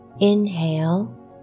inhale